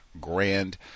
grand